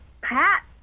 Pat